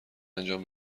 انجام